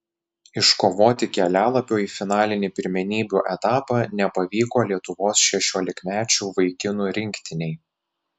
iškovoti kelialapio į finalinį pirmenybių etapą nepavyko lietuvos šešiolikmečių vaikinų rinktinei